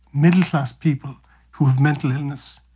middle-class people who have mental illness,